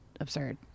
absurd